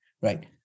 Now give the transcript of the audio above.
right